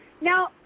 Now